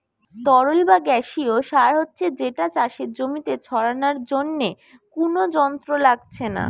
তরল বা গেসিও সার হচ্ছে যেটা চাষের জমিতে ছড়ানার জন্যে কুনো যন্ত্র লাগছে না